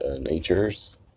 natures